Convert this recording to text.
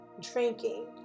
drinking